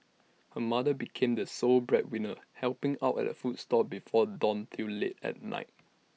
her mother became the sole breadwinner helping out at A food stall before dawn till late at night